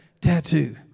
tattoo